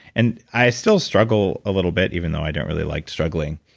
and i still struggle a little bit, even though i don't really like struggling,